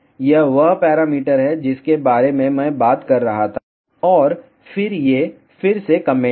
यह वह पैरामीटर है जिसके बारे में मैं बात कर रहा था और फिर ये फिर से कमेंट हैं